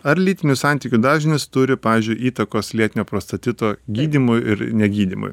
ar lytinių santykių dažnis turi pavyzdžiui įtakos lėtinio prostatito gydymui ir negydymui